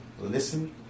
listen